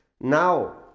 Now